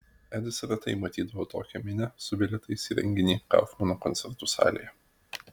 edis retai matydavo tokią minią su bilietais į renginį kaufmano koncertų salėje